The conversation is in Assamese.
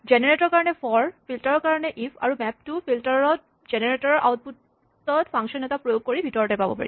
জেনেৰেটৰ ৰ কাৰণে ফৰ ফিল্টাৰ ৰ কাৰণে ইফ আৰু মেপ টো ফিল্টাৰ ত জেনেৰেটৰ ৰ আউটপুট ত ফাংচন এটা প্ৰয়োগ কৰি ভিতৰতে পাব পাৰি